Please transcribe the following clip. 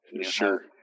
Sure